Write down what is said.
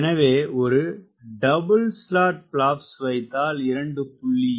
எனவே ஒரு double slot flaps வைத்தால் 2